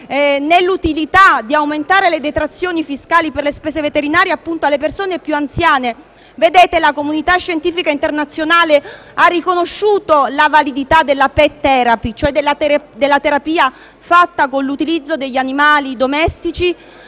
nell'utilità di aumentare le detrazioni fiscali per le spese veterinarie a favore delle persone più anziane. La comunità scientifica internazionale ha riconosciuto la validità della *pet therapy*, cioè della terapia fatta con l'utilizzo degli animali domestici